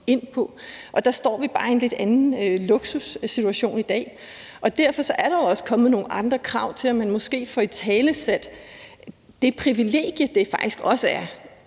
Og der står vi bare i en lidt anden luksussituation i dag. Derfor er der også kommet nogle andre krav til måske at få italesat det privilegie, det faktisk også er,